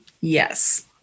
yes